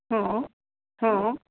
हां हां